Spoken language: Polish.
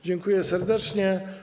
Dziękuję serdecznie.